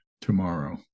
Tomorrow